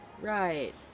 Right